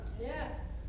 Yes